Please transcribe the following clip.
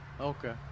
Okay